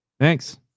thanks